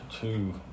two